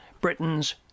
Britain's